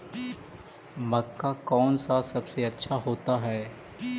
मक्का कौन सा सबसे अच्छा होता है?